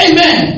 Amen